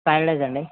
వ్రాయలేదు అండి